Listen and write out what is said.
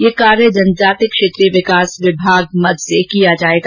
यह कार्य जनजाति क्षेत्रीय विकास विभाग मद से किया जाएगा